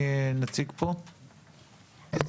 מי נציג הפרקליטות?